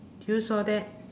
do you saw that